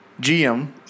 GM